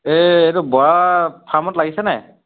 এই এইটো বৰা ফাৰ্মত লাগিছেনে